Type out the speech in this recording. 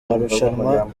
marushanwa